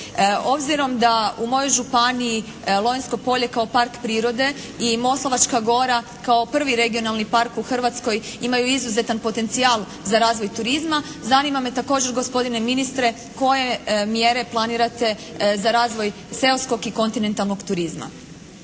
Obzirom da u mojoj županiji Lonjsko polje kao park prirode i Moslavačka gora kao prvi regionalni park u Hrvatskoj imaju izuzetan potencijal za razvoj turizma zanima me također gospodine ministre koje mjere planirate za razvoj seoskog i kontinentalnog turizma?